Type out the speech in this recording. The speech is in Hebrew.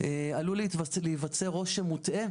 - עלול להיווצר רושם מוטעה,